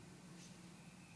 נתקבלה.